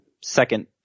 second